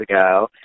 ago